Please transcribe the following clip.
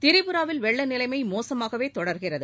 திரிபுராவில் வெள்ளநிலமை மோசமாகவே தொடர்கிறது